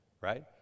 Right